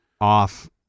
off